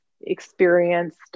experienced